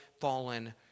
fallen